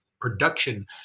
production